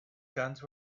guns